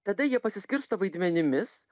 tada jie pasiskirsto vaidmenimis